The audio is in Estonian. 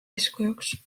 eeskujuks